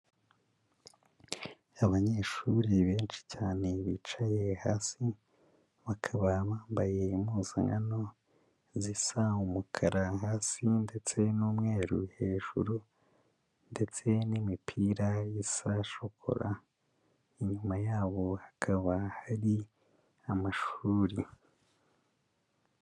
Abanyeshuri benshi cyane bicaye hasi, bakaba bambaye impuzankano zisa umukara hasi ndetse n'umweru hejuru ndetse n'imipira isa shokora. Inyuma yabo hakaba hari amashuri.